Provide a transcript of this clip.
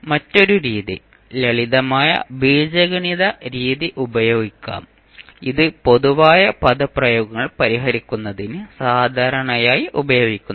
മറ്റൊരു രീതി ലളിതമായ ബീജഗണിത രീതി ഉപയോഗിക്കാം ഇത് പൊതുവായ പദപ്രയോഗങ്ങൾ പരിഹരിക്കുന്നതിന് സാധാരണയായി ഉപയോഗിക്കുന്നു